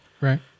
Right